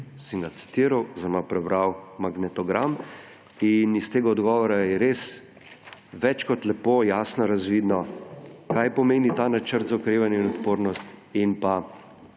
in iz tega odgovora je res več kot jasno razvidno, kaj pomeni Načrt za okrevanje in odpornost in